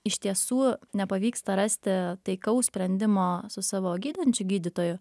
iš tiesų nepavyksta rasti taikaus sprendimo su savo gydančiu gydytoju